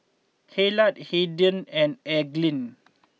Hillard Hayden and Elgin